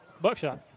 Buckshot